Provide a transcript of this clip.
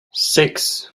six